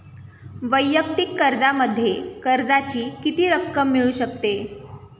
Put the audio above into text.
वैयक्तिक कर्जामध्ये कर्जाची किती रक्कम मिळू शकते?